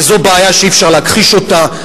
וזו בעיה שאי-אפשר להכחיש אותה.